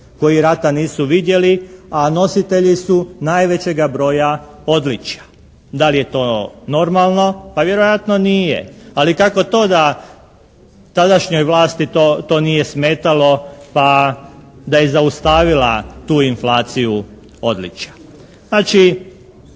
koji rata nisu vidjeli a nositelji su najvećega broja odličja. Da li je to normalno? Pa vjerojatno nije. Ali kako to da to tadašnjoj vlasti nije smetalo pa da je zaustavila tu inflaciju odličja? Znači,